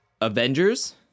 Avengers